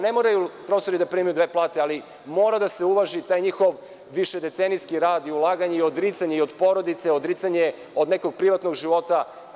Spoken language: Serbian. Ne moraju profesori da primaju dve plate, ali mora da se uvaži taj njihov višedecenijski rad i ulaganje i odricanje i od porodice, odricanje od nekog privatnog života.